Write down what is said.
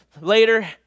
later